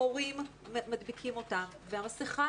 המורים מדביקים אותם וכרגע מבחינתנו המסכה